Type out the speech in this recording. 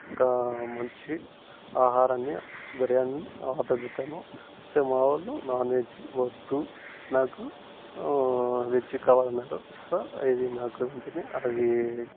ఒక మంచి ఆహారాన్ని బిర్యానిని ఆర్డర్ పెట్టాను నాన్ వెజ్జీ వద్దు నాకు వెజ్జే కావాలన్నారు సర్ ఇది నాకు వెంటనే అది